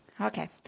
okay